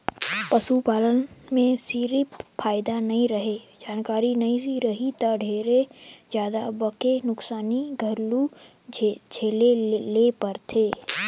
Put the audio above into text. पसू पालन में सिरिफ फायदा नइ रहें, जानकारी नइ रही त ढेरे जादा बके नुकसानी घलो झेले ले परथे